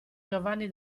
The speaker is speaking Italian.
giovanni